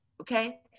okay